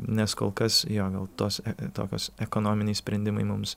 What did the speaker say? nes kol kas jo gal tos tokios ekonominiai sprendimai mums